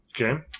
Okay